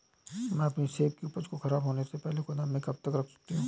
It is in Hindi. मैं अपनी सेब की उपज को ख़राब होने से पहले गोदाम में कब तक रख सकती हूँ?